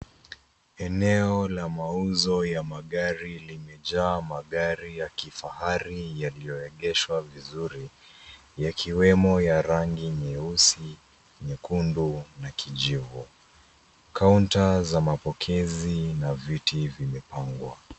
Eneo la mauzo ya magari limejaa magari ya kifahari yaliyoegeshwa vizuri yakiwemo ya rangi nyeusi, nyekundu na kijivu. Kaunta za mapokezi na viti vimepangwa.